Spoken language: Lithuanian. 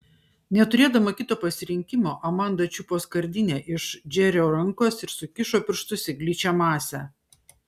neturėdama kito pasirinkimo amanda čiupo skardinę iš džerio rankos ir sukišo pirštus į gličią masę